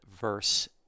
verse